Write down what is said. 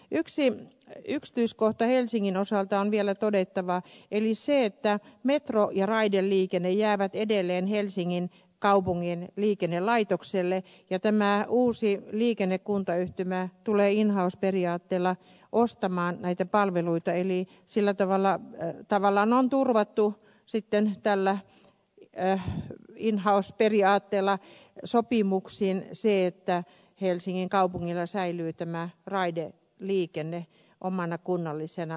yksi yksityiskohta helsingin osalta on vielä todettava eli se että metro ja raideliikenne jäävät edelleen helsingin kaupungin liikennelaitokselle ja tämä uusi liikennekuntayhtymä tulee in house periaatteella ostamaan näitä palveluita eli tavallaan on turvattu tällä in house periaatteella sopimuksin se että helsingin kaupungilla säilyy raideliikenne omana kunnallisena palvelunaan